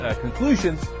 conclusions